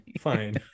Fine